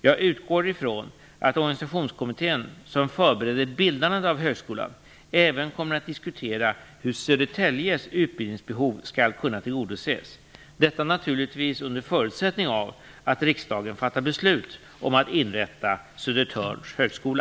Jag utgår från att organisationskommittén som förbereder bildandet av högskolan även kommer att diskutera hur Södertäljes utbildningsbehov skall kunna tillgodoses. Detta naturligtvis under förutsättning av att riksdagen fattar beslut om att inrätta Södertörns högskola.